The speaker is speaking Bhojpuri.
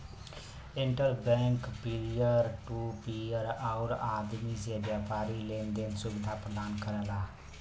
inter bank peer to peer आउर आदमी से व्यापारी लेन देन क सुविधा प्रदान करला